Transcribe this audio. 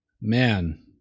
man